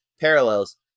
parallels